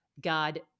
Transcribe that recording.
God